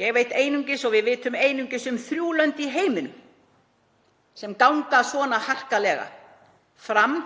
í Evrópu — við vitum einungis um þrjú lönd í heiminum sem ganga svona harkalega fram